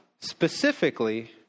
specifically